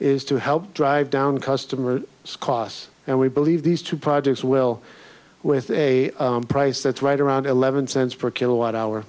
is to help drive down customer costs and we believe these two projects will with a price that's right around eleven cents per kilowatt hour